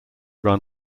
run